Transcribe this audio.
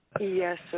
Yes